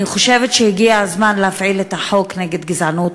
אני חושבת שהגיע הזמן להפעיל את החוק נגד גזענות,